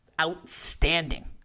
outstanding